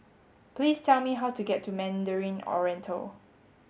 please tell me how to get to Mandarin Oriental